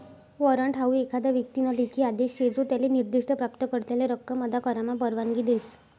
warrant हाऊ एखादा व्यक्तीना लेखी आदेश शे जो त्याले निर्दिष्ठ प्राप्तकर्त्याले रक्कम अदा करामा परवानगी देस